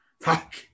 Fuck